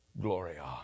Gloria